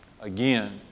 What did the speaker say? Again